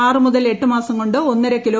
ആറ് മുതൽ എട്ട് മാസം കൊണ്ട് ഒന്നര കി